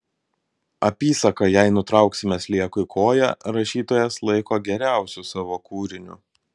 apysaką jei nutrauksime sliekui koją rašytojas laiko geriausiu savo kūriniu